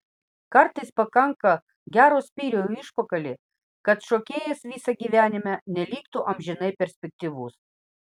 kartais pakanka gero spyrio į užpakalį kad šokėjas visą gyvenimą neliktų amžinai perspektyvus